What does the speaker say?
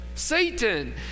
Satan